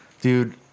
Dude